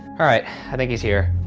alright, i think he's here.